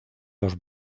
los